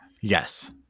Yes